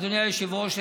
אדוני היושב-ראש,